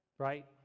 right